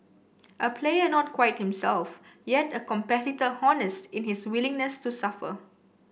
a player not quite himself yet a competitor honest in his willingness to suffer